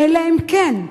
"אלא אם כן".